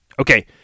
Okay